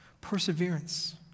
perseverance